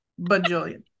Bajillion